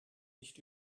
nicht